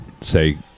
say